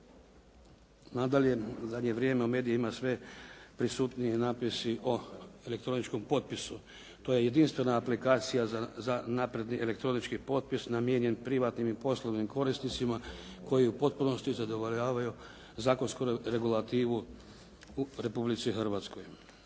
Nadalje, u zadnje vrijeme u medijima ima sve prisutniji natpisi o elektroničkom potpisu. To je jedinstvena aplikacija za elektronički potpis namijenjen privatnim i poslovnim korisnicima koji u potpunosti zadovoljavaju zakonsku regulativu u Republici Hrvatskoj.